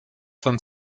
von